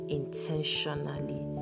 intentionally